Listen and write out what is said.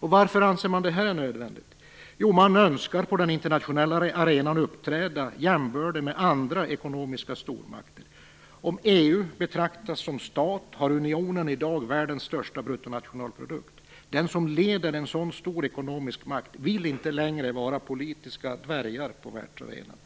Varför anser man det här nödvändigt? Jo, man önskar att på den internationella arenan få uppträda jämbördig med andra ekonomiska stormakter. Om EU betraktas som stat har unionen i dag världens största bruttonationalprodukt. De som leder en så stor ekonomisk makt vill inte längre vara politiska dvärgar på världsarenan.